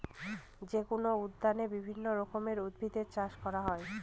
যেকোনো উদ্যানে বিভিন্ন রকমের উদ্ভিদের চাষ করা হয়